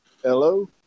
Hello